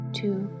two